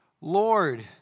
Lord